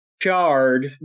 charred